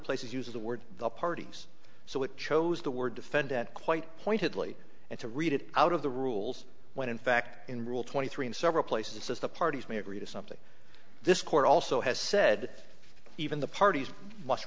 places use of the word the parties so it chose the word defendant quite pointedly and to read it out of the rules when in fact in rule twenty three in several places it says the parties may agree to something this court also has said even the parties must